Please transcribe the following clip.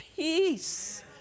Peace